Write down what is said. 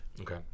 Okay